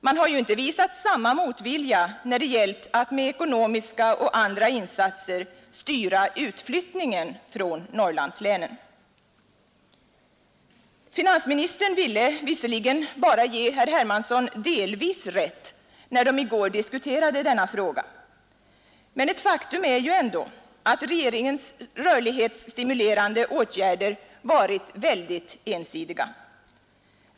Man har ju inte visat samma motvilja när det gällt att med ekonomiska och andra insatser styra utflyttningen från Norrlandslänen. Finansministern ville visserligen bara ge herr Hermansson delvis rätt när de i går diskuterade denna fråga. Men ett faktum är ändå att regeringens rörlighetsstimulerande åtgärder varit väldigt ensidiga.